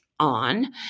on